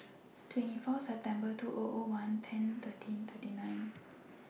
twenty four September two thousand and one ten thirteen thirty nine